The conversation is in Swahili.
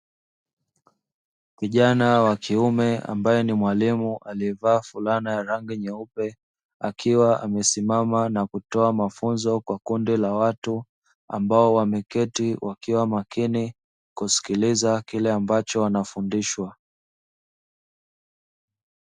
Kijana wa kiume ambaye ni mwalimu aliyevaa fulana ya rangi nyeupe; akiwa amesimama na kutoa mafunzo kwa kundi la watu, ambao wameketi na kuwa makini kusikiliza kile ambacho wanafundishwa.